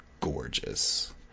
gorgeous